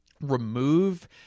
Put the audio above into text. remove